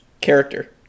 character